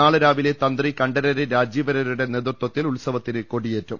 നാളെ രാവിലെ തന്ത്രി കണ്ഠരർ രാജീവരരുടെ നേതൃത്വത്തിൽ ഉത്സവത്തിന് കൊടിയേറ്റും